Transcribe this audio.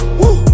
woo